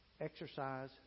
Exercise